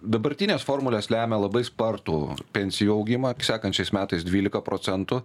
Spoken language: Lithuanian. dabartinės formulės lemia labai spartų pensijų augimą sekančiais metais dvylika procentų